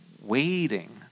waiting